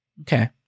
Okay